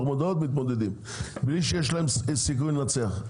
המודעות מתמודדים בלי שיש להם סיכוי לנצח.